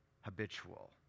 Habitual